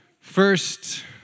first